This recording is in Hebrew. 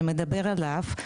זה מדבר אליו.